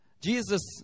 Jesus